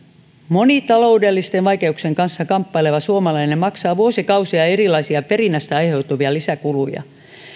moni taloudellisten vaikeuksien kanssa kamppaileva suomalainen maksaa vuosikausia erilaisia perinnästä aiheutuvia lisäkuluja